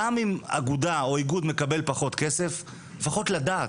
אם אגודה או איגוד יקבל פחות כסף חשוב לפחות לדעת,